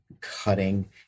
cutting